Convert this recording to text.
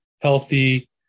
healthy